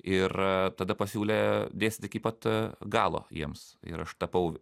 ir tada pasiūlė dėstyti iki pat galo jiems ir aš tapau